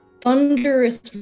thunderous